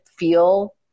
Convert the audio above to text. feel